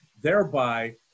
thereby